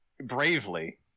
bravely